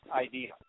idea